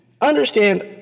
understand